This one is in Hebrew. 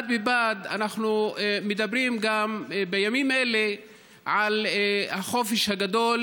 בד בבד אנחנו מדברים בימים אלה על החופש הגדול,